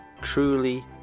truly